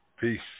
Peace